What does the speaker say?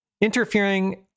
interfering